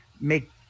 make